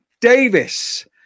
Davis